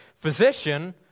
physician